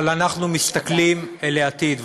אבל אנחנו מסתכלים אל העתיד.